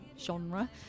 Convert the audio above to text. genre